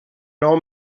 nou